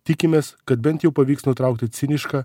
tikimės kad bent jau pavyks nutraukti cinišką